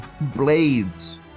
Blades